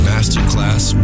Masterclass